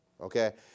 Okay